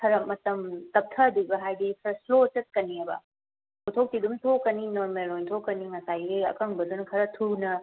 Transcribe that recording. ꯈꯔ ꯃꯇꯝ ꯇꯞꯊꯗꯣꯏꯕ ꯍꯥꯏꯗꯤ ꯈꯔ ꯁ꯭ꯂꯣ ꯆꯠꯀꯅꯦꯕ ꯄꯣꯠꯊꯣꯛꯇꯤ ꯑꯗꯨꯝ ꯊꯣꯛꯀꯅꯤ ꯅꯣꯔꯃꯦꯜ ꯑꯣꯏ ꯊꯣꯛꯀꯅꯤ ꯉꯁꯥꯏꯒꯤ ꯑꯀꯪꯕꯗꯨꯅ ꯈꯔ ꯊꯨꯅ